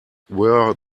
were